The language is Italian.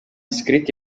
scritti